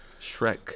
Shrek